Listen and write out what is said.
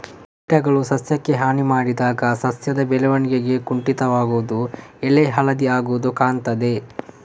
ಕೀಟಗಳು ಸಸ್ಯಕ್ಕೆ ಹಾನಿ ಮಾಡಿದಾಗ ಸಸ್ಯದ ಬೆಳವಣಿಗೆ ಕುಂಠಿತವಾಗುದು, ಎಲೆ ಹಳದಿ ಆಗುದು ಕಾಣ್ತದೆ